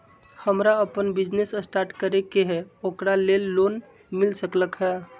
हमरा अपन business start करे के है ओकरा लेल लोन मिल सकलक ह?